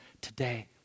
Today